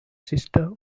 sister